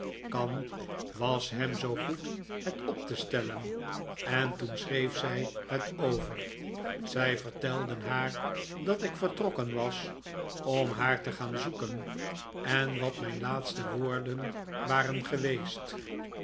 kan was ham zoo goed het op te stellen en toen schreef zij het over zij vertelden haar dat ik vertrokken was om haar te gaan zoeken en wat mijn laatste woorden waren geweest